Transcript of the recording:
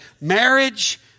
Marriage